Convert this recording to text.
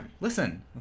Listen